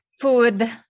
food